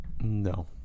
No